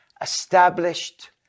established